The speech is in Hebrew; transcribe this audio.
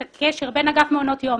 את הקשר בין אגף מעונות יום